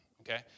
okay